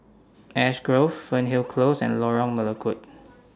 Ash Grove Fernhill Close and Lorong Melukut